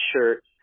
shirt